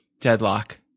deadlock